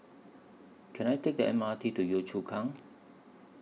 Can I Take The M R T to Yio Chu Kang